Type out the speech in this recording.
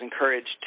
encouraged